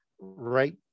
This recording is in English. right